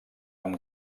amb